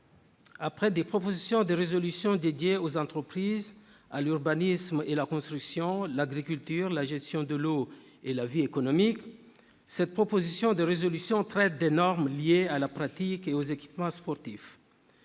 à des propositions de résolution dédiées aux entreprises, à l'urbanisme et à la construction, à l'agriculture, à la gestion de l'eau et à la vie économique, cette proposition de résolution traite des normes liées à la pratique et aux équipements sportifs.